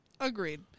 Agreed